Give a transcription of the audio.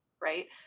Right